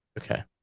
okay